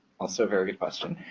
also a very good question.